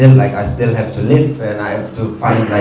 and like i still have to live and i have to find,